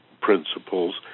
principles